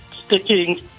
Sticking